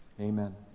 amen